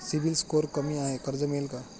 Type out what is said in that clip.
CIBIL score कमी आहे कर्ज मिळेल का?